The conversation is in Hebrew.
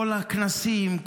כל הכנסים,